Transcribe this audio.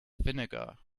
vinegar